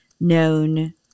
known